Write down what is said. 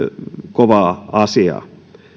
kovaa asiaa